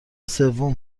سوم